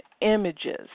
images